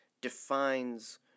defines